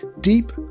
deep